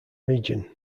region